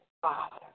Father